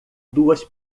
duas